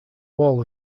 wall